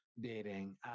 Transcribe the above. dating